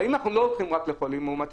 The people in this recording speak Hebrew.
אבל אם אנחנו לא הולכים רק לחולים מאומתים